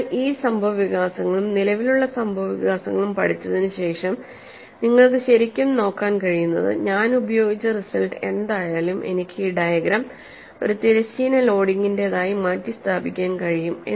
ഇപ്പോൾ ആ സംഭവവികാസങ്ങളും നിലവിലുള്ള സംഭവവികാസങ്ങളും പഠിച്ചതിന് ശേഷം നിങ്ങൾക്ക് ശരിക്കും നോക്കാൻ കഴിയുന്നത് ഞാൻ ഉപയോഗിച്ച റിസൾട്ട് എന്തായാലും എനിക്ക് ഈ ഡയഗ്രം ഒരു തിരശ്ചീന ലോഡിംഗിന്റേതായി മാറ്റിസ്ഥാപിക്കാൻ കഴിയും